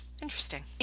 Interesting